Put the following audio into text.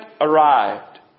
arrived